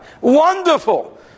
Wonderful